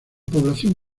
población